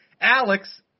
alex